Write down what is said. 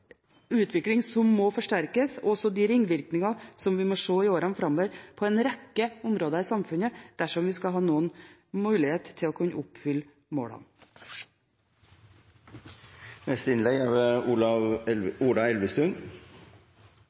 utvikling som må forsterkes, og også de ringvirkningene vi må se i årene framover på en rekke områder i samfunnet, dersom vi skal ha noen mulighet til å kunne oppfylle målene. Klima er,